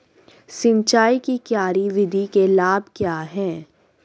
सिंचाई की क्यारी विधि के लाभ क्या हैं?